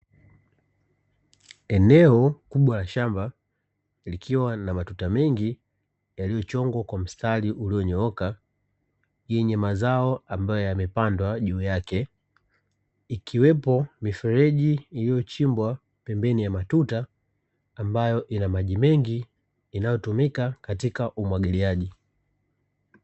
Eneo kubwa la shamba likiwa lina matuta mengi, yaliyochongwa kwa mstari ulionyooka, yenye mazao ambayo yamepandwa juu yake, ikiwepo mifereji iliyochimbwa pambeni ya matuta, ambayo ina maji mengi, inayotumika katika umwagiliaji.